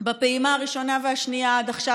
בפעימה הראשונה והשנייה עד עכשיו.